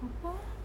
apa ah